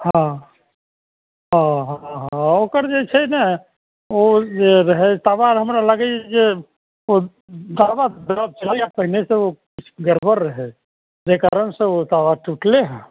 हँ हँ हँ ओकर जे छै ने ओ जे रहय तवा हमरा लगइए जे ओ गड़बड़ देने छलै या पहिनेसँ ओ किछु गड़बड़ रहय जइ कारणसँ ओ तवा टुटलइ हइ